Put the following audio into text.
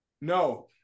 No